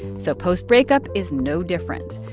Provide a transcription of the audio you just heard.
so post-breakup is no different.